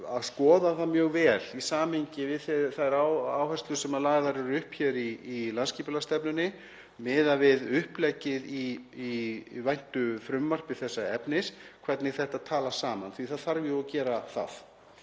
að skoða það mjög vel í samhengi við þær áherslur sem lagðar eru upp hér í landsskipulagsstefnunni og uppleggið í væntu frumvarpi þess efnis og hvernig þetta talar saman, því að það þarf jú að gera það